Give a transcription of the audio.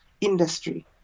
industry